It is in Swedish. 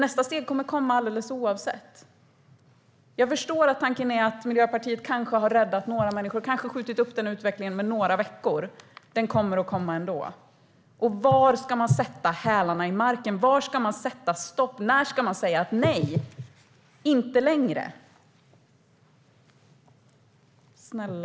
Nästa steg kommer annars alldeles oundvikligen att komma. Jag förstår att tanken är att Miljöpartiet kanske har räddat några människor och kanske har skjutit upp utvecklingen med några veckor, men det kommer att ske ändå. När ska man sätta hälarna i marken, sätta stopp och säga nej? Snälla, tänk ett varv till!